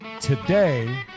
today